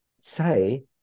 say